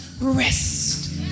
rest